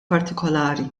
partikolari